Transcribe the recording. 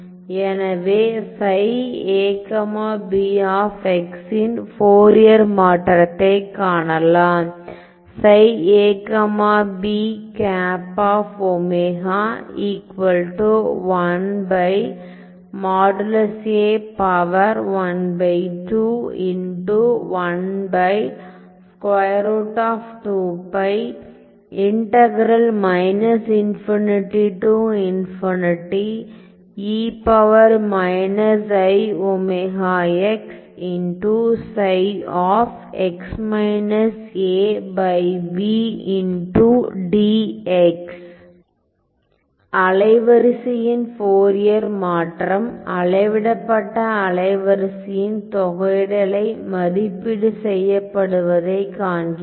எனவே ன் ஃபோரியர் மாற்றத்தைக் காணலாம் அலைவரிசையின் ஃபோரியர் மாற்றம் அளவிடப்பட்ட அலைவரிசையின் தொகையிடலை மதிப்பீடு செய்யப்படுவதைக் காண்கிறோம்